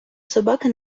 собаки